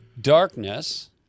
Darkness